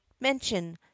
mention